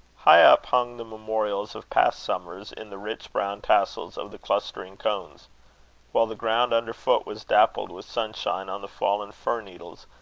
high up, hung the memorials of past summers in the rich brown tassels of the clustering cones while the ground under foot was dappled with sunshine on the fallen fir-needles,